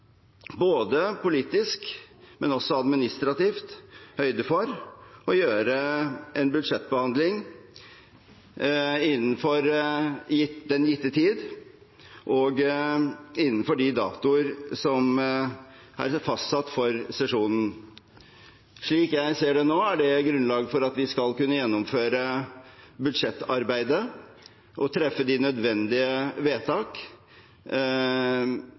både politisk og også administrativt tatt høyde for å gjøre en budsjettbehandling innenfor den gitte tid og innenfor de datoer som er fastsatt for sesjonen. Slik jeg ser det nå, er grunnlaget for at vi skal kunne gjennomføre budsjettarbeidet og treffe de nødvendige vedtak,